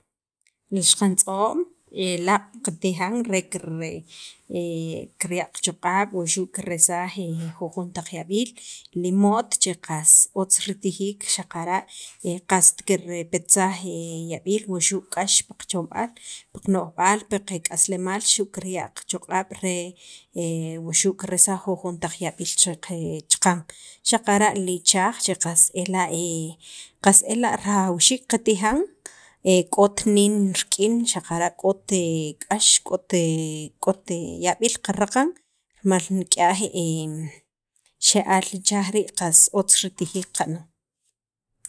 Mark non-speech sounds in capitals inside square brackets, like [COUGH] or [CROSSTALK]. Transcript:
li ixq'antz'om [HESITATION] laaq' qatijan re ker [HESITATION] kirya' qachoq'ab' wuxu' kerelsaj jujontaq yab'iil, li imo't che qas otz ritijiik xaqara' [HESITATION] qast kirpetsaj yab'iil wuxu' k'ax pi qachomb'aal, pi kano'jb'aal, pi qak'aslemaal xu' kirya' qachoq'ab' re [HESITATION] wuxu' kirelsaj jujon taq yab'iil che chaqan xaqara' li ichaaj che qs ela' qas ela' rajawxiik qatijan k'ot niin rik'in k'ot k'ax k'ot [HESITATION] k'ot yab'iil qaraqan rimal nik'yaj [HESITATION] xe'aal ichaaj riij qas otz ritijiik qa'nan.